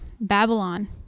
babylon